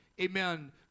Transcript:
amen